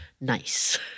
nice